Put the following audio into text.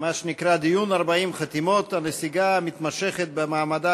מה שנקרא דיון 40 חתימות: הנסיגה המתמשכת במעמדה